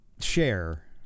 share